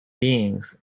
beings